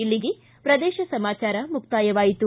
ಇಲ್ಲಿಗೆ ಪ್ರದೇಶ ಸಮಾಚಾರ ಮುಕ್ತಾಯವಾಯಿತು